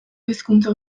hizkuntza